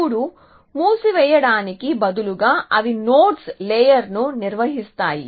ఇప్పుడు మూసివేయడానికి బదులుగా అవి నోడ్స్ లేయర్ ను నిర్వహిస్తాయి